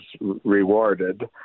rewarded